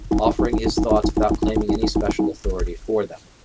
offering his thoughts without claiming any special authority for them.